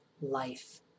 life